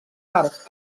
arcs